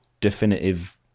definitive